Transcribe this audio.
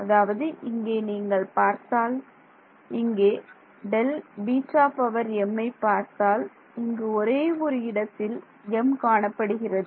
அதாவது இங்கே நீங்கள் பார்த்தால் இங்கே Δβm பார்த்தால் இங்கு ஒரே ஒரு இடத்தில் m காணப்படுகிறது